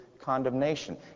condemnation